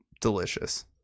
delicious